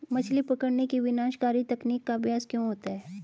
मछली पकड़ने की विनाशकारी तकनीक का अभ्यास क्यों होता है?